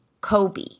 Kobe